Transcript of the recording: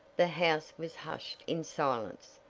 the house was hushed in silence.